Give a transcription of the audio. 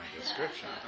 description